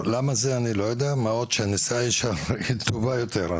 מה עוד שהנסיעה ישר היא טובה יותר.